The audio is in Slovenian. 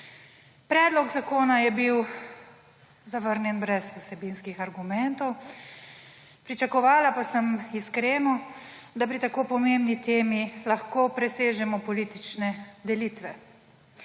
Predlog zakona je bil zavrnjen brez vsebinskih argumentov. Pričakovala pa sem iskreno, da pri tako pomembni temi lahko presežemo politične delitve.